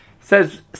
says